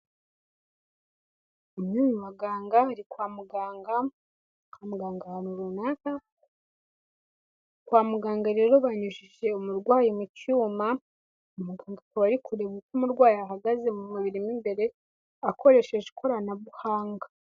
Umwe mu baganga ari kwa muganga, kwa muganga ahantu runaka. Kwa muganga rero banyujije umurwayi mu cyuma, muganga akaba ari kureba uko umurwayi ahagaze mu mubiri imbere akoresheje ikoranabuhanga.